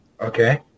Okay